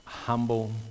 humble